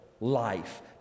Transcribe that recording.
life